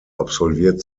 absolviert